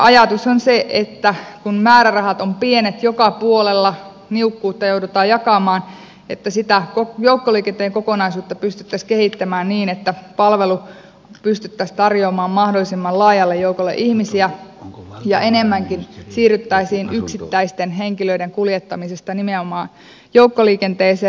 ajatus on se että kun määrärahat ovat pienet joka puolella niukkuutta joudutaan jakamaan niin sitä joukkoliikenteen kokonaisuutta pystyttäisiin kehittämään niin että palvelut pystyttäisiin tarjoamaan mahdollisimman laajalle joukolle ihmisiä ja enemmänkin siirryttäisiin yksittäisten henkilöiden kuljettamisesta nimenomaan joukkoliikenteeseen